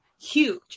huge